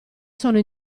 sono